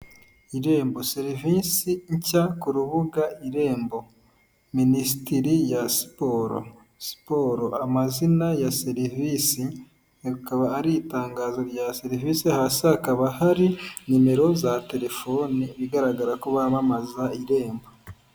Irembo serivisi nshya ku rubuga irembo, Minisiteri ya siporo, siporo amazina ya serivisi, iri rikaba ari itangazo rya serivisi hasi hakaba hari nimero za telefoni bigaragara ko bamamaza Irembo.